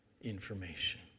information